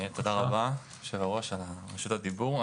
תודה רבה, יושב הראש על רשות הדיבור.